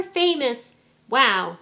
famous—wow